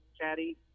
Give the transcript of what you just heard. caddy